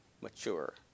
mature